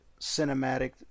cinematic